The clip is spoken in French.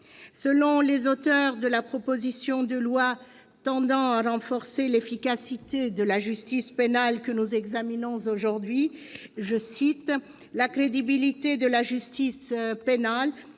selon les auteurs de la proposition de loi tendant à renforcer l'efficacité de la justice pénale que nous examinons aujourd'hui, « la crédibilité de la justice pénale